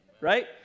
right